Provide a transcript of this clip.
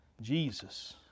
jesus